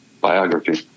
biography